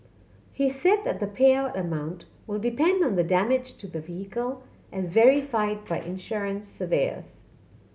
he said that the payout amount will depend on the damage to the vehicle as verified by insurance surveyors